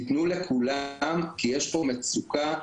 תתנו לכולם כי יש פה מצוקה,